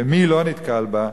ומי לא נתקל בה,